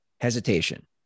hesitation